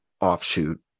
offshoot